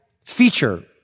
feature